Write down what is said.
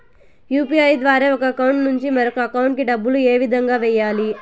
UPI ద్వారా ఒక account నుంచి మరొక అకౌంట్ కి డబ్బులు ఏ విధంగా వెయ్యాలి